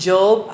Job